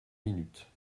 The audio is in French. minutes